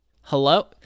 hello